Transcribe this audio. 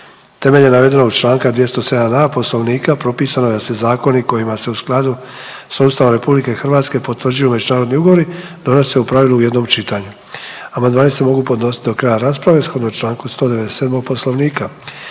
Temeljem navedenog čl. 207a. Poslovnika propisano je da se zakoni o kojima se u skladu s Ustavom RH potvrđuju međunarodni ugovori donose u pravilu u jednom čitanju. Amandmani se mogu podnosit do kraja rasprave shodno čl. 197. Poslovnika.